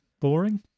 boring